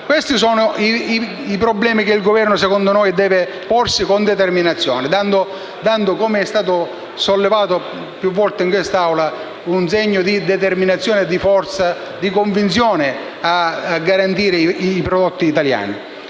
Questi sono i problemi che il Governo - a nostro avviso - deve porsi con determinazione, dando - come è stato sollevato più volte in quest'Aula - un segno di determinazione e forza nel garantire i prodotti italiani.